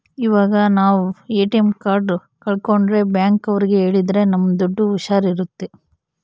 ಇವಾಗ ನಾವ್ ATM card ಕಲ್ಕೊಂಡ್ರೆ ಬ್ಯಾಂಕ್ ಅವ್ರಿಗೆ ಹೇಳಿದ್ರ ನಮ್ ದುಡ್ಡು ಹುಷಾರ್ ಇರುತ್ತೆ